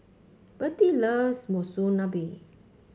Bertie loves Monsunabe